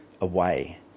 away